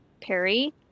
Perry